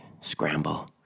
scramble